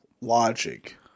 logic